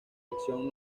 sección